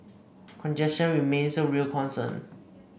congestion remains a real concern